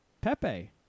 Pepe